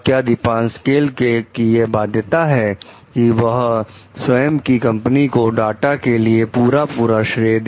क्या दीपासक्वेल कि यह बाध्यता है कि वह स्वयं की कंपनी को डांटा के लिए पूरा का पूरा श्रेय दे